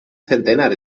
centenar